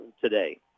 today